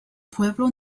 pueblo